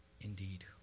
indeed